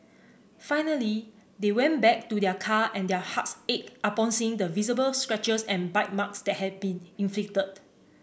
finally they went back to their car and their hearts ached upon seeing the visible scratches and bite marks that had been inflicted